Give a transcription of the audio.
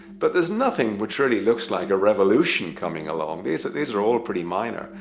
but there's nothing which really looks like a revolution coming along these these are all pretty minor,